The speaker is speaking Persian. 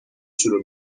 شروع